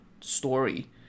story